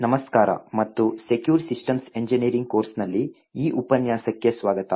ನಮಸ್ಕಾರ ಮತ್ತು secure systems engineering ಕೋರ್ಸ್ನಲ್ಲಿ ಈ ಉಪನ್ಯಾಸಕ್ಕೆ ಸ್ವಾಗತ